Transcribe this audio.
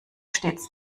stets